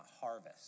harvest